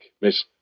Miss